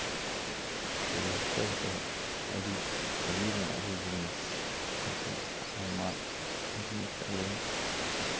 laptop ᱫᱚ ᱟᱹᱰᱤ ᱠᱟᱹᱢᱤ ᱨᱮᱱᱟᱜ ᱜᱮ ᱡᱤᱱᱤᱥ ᱡᱮᱦᱮᱛᱩ ᱟᱭᱢᱟ ᱡᱤᱱᱤᱥ ᱟᱵᱚ